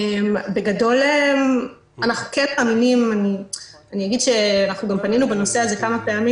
בגדול אני אגיד שגם פנינו בנושא הזה כמה פעמים